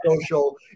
social